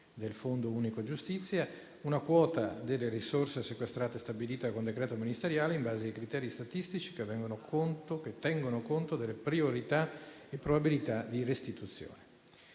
del Fondo unico giustizia e una quota delle risorse sequestrate stabilita con decreto ministeriale in base ai criteri statistici che tengono conto delle priorità e probabilità di restituzione.